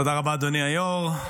תודה רבה, אדוני היו"ר.